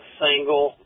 single